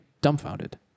Dumbfounded